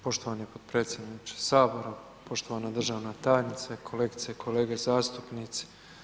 Poštovani potpredsjedniče Sabora, poštovana državna tajnice, kolegice i kolege zastupnici.